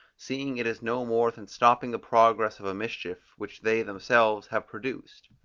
seeing it is no more than stopping the progress of a mischief which they themselves have produced.